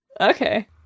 Okay